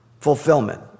fulfillment